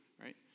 right